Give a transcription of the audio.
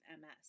MS